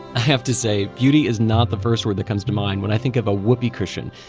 i have to say, beauty is not the first word that comes to mind when i think of a whoopee cushion.